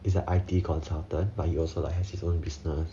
he's I_T consultant but he also like has his own business